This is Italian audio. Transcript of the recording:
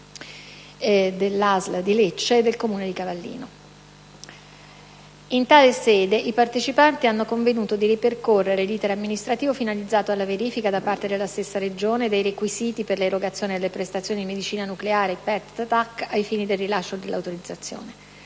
In tale sede i partecipanti hanno convenuto di ripercorrere l'*iter* amministrativo finalizzato alla verifica, da parte della stessa Regione, dei requisiti per la erogazione delle prestazioni di medicina nucleare/Pet Tac ai fini del rilascio dell'autorizzazione.